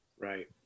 Right